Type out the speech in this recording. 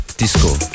Disco